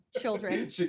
children